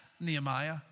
Nehemiah